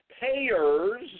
payers